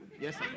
Yes